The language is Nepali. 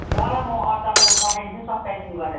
ल ल म तपाईँको पठाइदिन्छु नि सब प्याकिङ गरेर